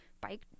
bike